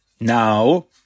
Now